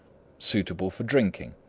suitable for drinking.